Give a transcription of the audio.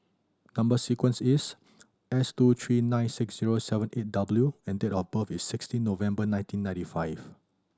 number sequence is S two three nine six zero seven eight W and date of birth is sixteen November nineteen ninety five